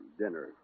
dinner